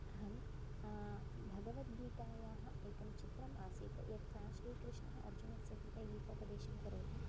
अहं भगवद्गीतायाः एकं चित्रम् आसीत् यत्र श्रीकृष्णः अर्जुनस्य कृते गीतोपदेशं करोति